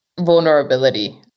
vulnerability